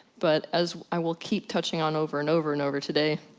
but as i will keep touching on, over and over and over today,